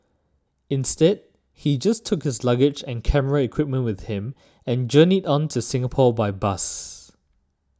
instead he just took his luggage and camera equipment with him and journeyed on to Singapore by bus